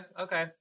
okay